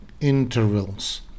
intervals